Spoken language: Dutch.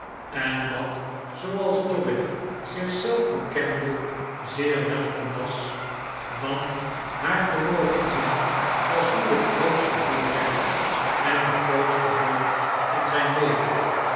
en wat zooals dobbin zichzelf bekende zeer welkom was want haar te mogen zien was nu het grootste voorrecht en de grootste hoop van zijn leven